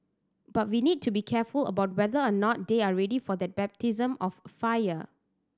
but we need to be careful about whether or not they are ready for that baptism of fire